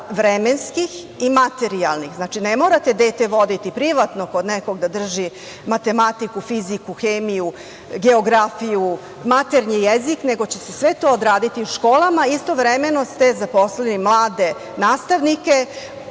vremenskih i materijalnih. Znači, ne morate dete voditi privatno kod nekoga da drži matematiku, fiziku, hemiju, geografiju, maternji jezik, nego će se sve to odraditi u školama. Istovremeno ste zaposlili mlade nastavnike,